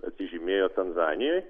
atsižymėjo tanzanijoj